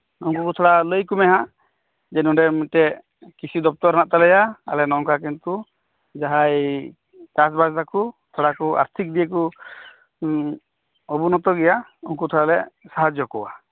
ᱱᱩᱠᱩ ᱠᱩ ᱛᱷᱚᱲᱟ ᱞᱟᱹᱭ ᱟᱠᱩᱢᱮᱦᱟᱜ ᱡᱮ ᱱᱚᱰᱮ ᱢᱤᱫᱴᱮᱡ ᱠᱨᱤᱥᱤ ᱫᱚᱯᱛᱚᱨ ᱦᱮᱱᱟᱜ ᱛᱟᱞᱮᱭᱟ ᱟᱞᱮ ᱱᱚᱝᱠᱟ ᱠᱤᱱᱛᱩ ᱡᱟᱦᱟᱸᱭ ᱪᱟᱥᱵᱟᱥᱫᱟᱠᱩ ᱛᱷᱚᱲᱟᱠᱩ ᱟᱨᱛᱷᱤᱠ ᱫᱤᱠᱫᱤᱭᱮᱠᱩ ᱚᱱᱩᱱᱚᱛᱚᱜᱮᱭᱟ ᱩᱱᱠᱩ ᱛᱷᱚᱲᱟᱞᱮ ᱥᱟᱦᱟᱡᱡᱚ ᱠᱚᱣᱟ